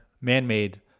man-made